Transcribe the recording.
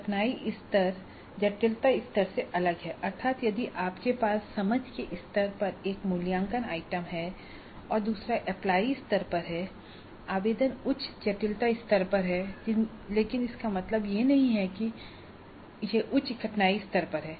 कठिनाई स्तर हम फिर से चर्चा करेंगे जटिलता स्तर से अलग है अर्थात यदि आपके पास समझ के स्तर पर एक मूल्यांकन आइटम है और दूसरा एप्लाई स्तर पर है आवेदन उच्च जटिलता स्तर पर है लेकिन इसका मतलब यह नहीं है कि यह उच्च कठिनाई स्तर पर है